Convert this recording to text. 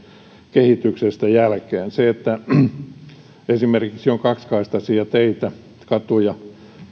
kehityksestä jälkeen on esimerkiksi kaupunkialueella kaksikaistaisia teitä katuja